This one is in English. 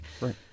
Right